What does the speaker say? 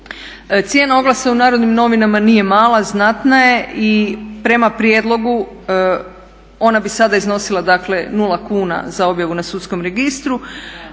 Cijena oglasa u NN nije mala, znatna je i prema prijedlogu ona bi sada iznosila nula kuna za objavu na sudskom registru,